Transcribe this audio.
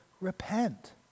repent